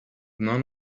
none